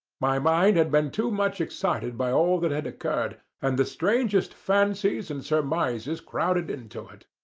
my mind had been too much excited by all that had occurred, and the strangest fancies and surmises crowded into it.